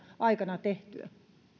aikana tehtyä